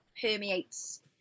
permeates